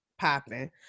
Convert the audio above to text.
popping